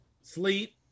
Sleep